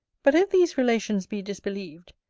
but if these relations be disbelieved,